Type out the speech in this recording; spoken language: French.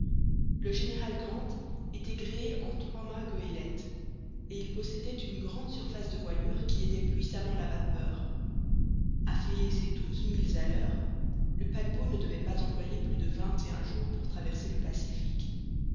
le general grant était gréé en trois-mâts goélette et il possédait une grande surface de voilure qui aidait puissamment la vapeur a filer ses douze milles à l'heure le paquebot ne devait pas employer plus de vingt et un jours pour traverser le pacifique